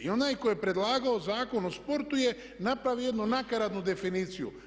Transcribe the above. I onaj tko je predlagao Zakon o sportu je napravio jednu nakaradnu definiciju.